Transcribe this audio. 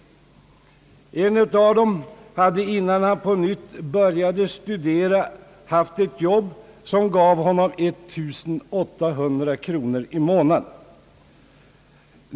En av dem hade innan han på nytt började studera haft ett jobb som gav honom 1 800 kronor i månaden.